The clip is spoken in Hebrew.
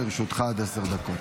לרשותך עד עשר דקות.